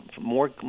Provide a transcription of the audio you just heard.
more